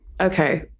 Okay